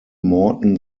morton